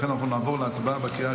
לכן אנחנו נעבור להצבעה בקריאה